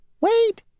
Wait